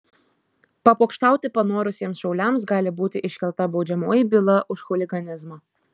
papokštauti panorusiems šauliams gali būti iškelta baudžiamoji byla už chuliganizmą